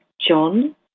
John